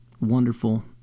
wonderful